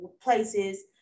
places